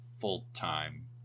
full-time